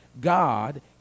God